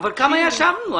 אבל כמה ישבנו?